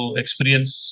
experience